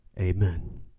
Amen